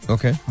Okay